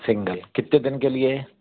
single कितने दिन के लिए